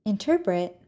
Interpret